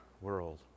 world